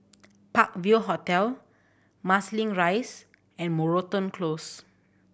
Park View Hotel Marsiling Rise and Moreton Close